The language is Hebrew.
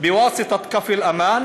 להלן תרגומם: